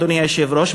אדוני היושב-ראש,